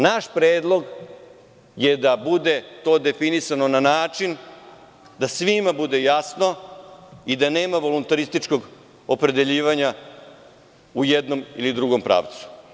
Naš predlog je da bude to definisano na način da svima bude jasno i da nema voluntarističkog opredeljivanja u jednom ili drugom pravcu.